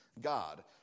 God